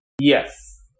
yes